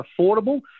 affordable